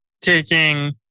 taking